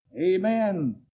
amen